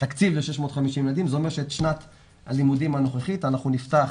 זה אומר שאת שנת הלימודים הנוכחית אנחנו נפתח